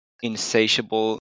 insatiable